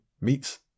meets